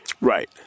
Right